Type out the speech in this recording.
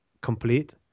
complete